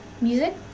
music